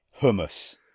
Hummus